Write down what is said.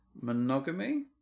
monogamy